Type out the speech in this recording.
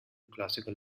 classical